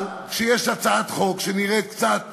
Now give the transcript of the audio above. אבל כשיש הצעת חוק שנראית קצת